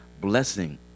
blessing